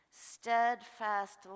steadfast